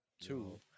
Two